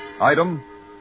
Item